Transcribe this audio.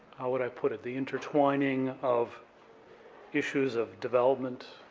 would i put it, the intertwining of issues of development,